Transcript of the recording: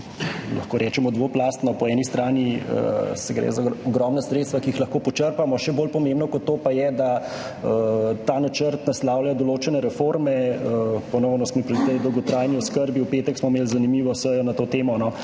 lahko rečemo dvoplastno. Po eni strani gre za ogromna sredstva, ki jih lahko počrpamo, še bolj pomembno kot to pa je, da ta načrt naslavlja določene reforme. Ponovno smo pri tej dolgotrajni oskrbi. V petek smo imeli zanimivo sejo na to temo,